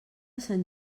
sant